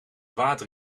water